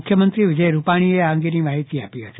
મુખ્યમંત્રી શ્રી વિજય રૂપાણીએ આ અંગેની માહિતી આપી હતી